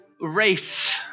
race